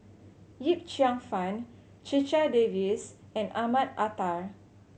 Yip Cheong Fun Checha Davies and Ahmad Mattar